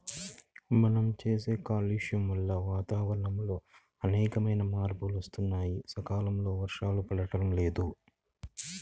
మనం చేసే కాలుష్యం వల్ల వాతావరణంలో అనేకమైన మార్పులు వత్తన్నాయి, సకాలంలో వర్షాలు పడతల్లేదు